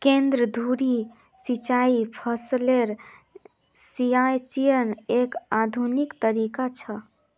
केंद्र धुरी सिंचाई फसलेर सिंचाईयेर एक आधुनिक तरीका छ